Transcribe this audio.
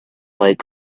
fight